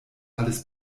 alles